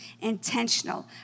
intentional